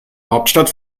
hauptstadt